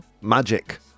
magic